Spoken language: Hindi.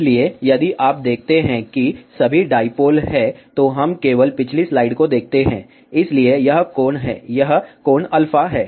इसलिए यदि आप देखते हैं कि सभी डाईपोल हैं तो हम केवल पिछली स्लाइड को देखते हैं इसलिए यह कोण है यह ∠ α है